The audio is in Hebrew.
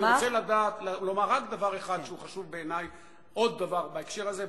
אני רוצה לומר רק דבר אחד שהוא חשוב בעיני בהקשר הזה,